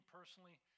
personally